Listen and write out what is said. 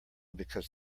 because